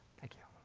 thank you.